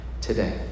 today